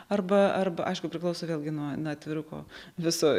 arba arba aišku priklauso vėlgi nuo nuo atviruko viso